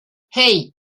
hey